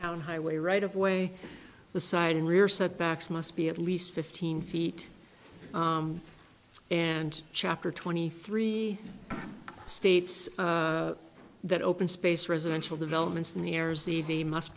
fifty highway right of way the side and rear setbacks must be at least fifteen feet and chapter twenty three states that open space residential developments in the air sea they must